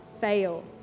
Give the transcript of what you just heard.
fail